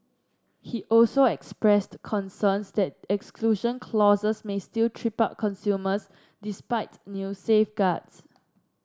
he also expressed concerns that exclusion clauses may still trip up consumers despite new safeguards